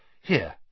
Here